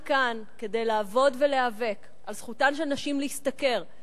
כאן כדי לעבוד ולהיאבק על זכותן של נשים להשתכר,